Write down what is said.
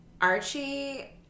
Archie